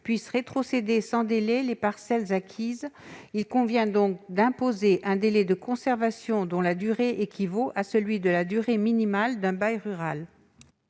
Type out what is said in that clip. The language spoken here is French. puissent rétrocéder sans délai les parcelles acquises. Il convient donc d'imposer un délai de conservation dont la durée équivaut à celui de la durée minimale d'un bail rural.